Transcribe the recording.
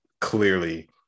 clearly